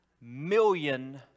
million